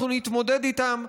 אנחנו נתמודד איתן,